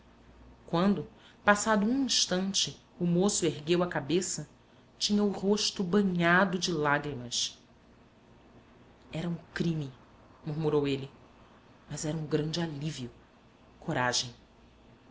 quando passado um instante o moço ergueu a cabeça tinha o rosto banhado de lágrimas era um crime murmurou ele mas era um grande alívio coragem